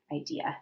idea